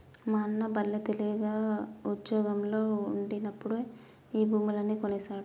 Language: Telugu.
మా అన్న బల్లే తెలివి, ఉజ్జోగంలో ఉండినప్పుడే ఈ భూములన్నీ కొనేసినాడు